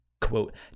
quote